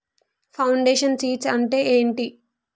Foundation seeds అంటే ఏంటి?